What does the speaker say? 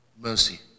mercy